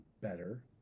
better